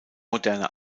moderne